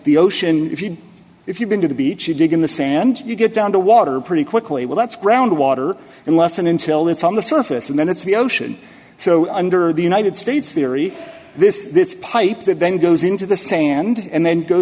the ocean if you if you've been to the beach you dig in the sand you get down to water pretty quickly well that's groundwater unless and until it's on the surface and then it's the ocean so under the united states theory this this pipe that then goes into the same end and then go